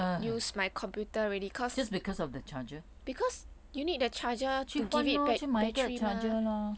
!hais! just because of the charger 去换 lor 去买一个 charger lah